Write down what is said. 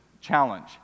challenge